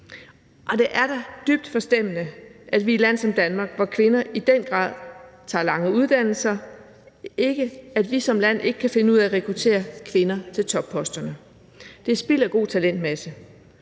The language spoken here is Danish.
Og det er da dybt forstemmende, at vi i et land som Danmark, hvor kvinder i den grad tager lange uddannelser, ikke kan finde ud af at rekruttere kvinder til topposterne. Det er spild af god talentmasse.